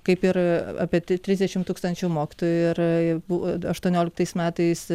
kaip ir apie t trisdešimt tūkstančių mokytojų ir buvo aštuonioliktais metais